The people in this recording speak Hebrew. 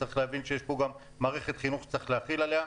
וצריך להבין שיש פה גם מערכת חינוך שצריך להחיל עליה.